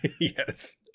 Yes